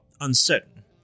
uncertain